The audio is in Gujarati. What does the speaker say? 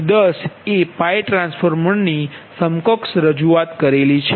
10 એ 𝜋 ટ્રાન્સફોર્મરની સમકક્ષ રજૂઆત છે